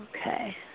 Okay